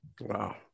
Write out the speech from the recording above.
Wow